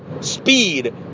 speed